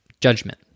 Judgment